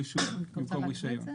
רישום במקום רישיון.